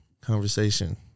conversation